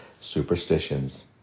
superstitions